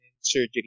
surgery